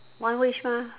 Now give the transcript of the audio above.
one wish mah